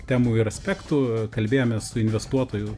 temų ir aspektų kalbėjomės su investuotoju